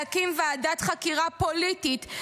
להקים ועדת חקירה פוליטית,